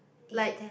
like